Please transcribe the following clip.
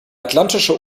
atlantische